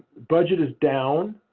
budget is down.